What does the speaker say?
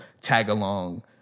tag-along